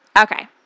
Okay